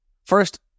First